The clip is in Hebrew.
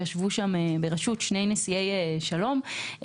ישבו שם ברשות שני נשיאי שלום,